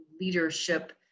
leadership